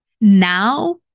Now